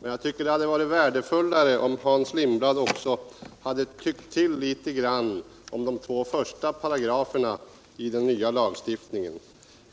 Men jag tycker att det hade varit värdefullare, om Hans Lindblad också hade tyckt till litet grand om de två första paragraferna i den nya lagstiftningen.